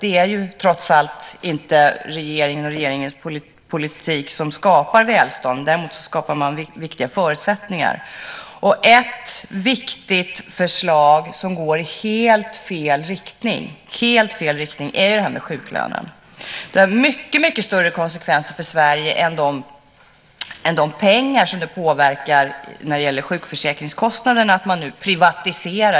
Det är trots allt inte regeringen och regeringens politik som skapar välstånd. Däremot skapar man viktiga förutsättningar. Ett viktigt förslag som går i helt fel riktning är det om sjuklönen. Det har mycket större konsekvenser för Sverige än den summa pengar som det påverkar sjukförsäkringskostnaderna med att man nu privatiserar.